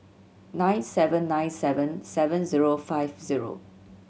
nine seven nine seven seven zero five zero